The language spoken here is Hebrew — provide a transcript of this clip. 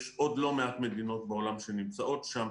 יש עוד לא מעט מדינות בעולם שנמצאות שם.